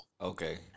Okay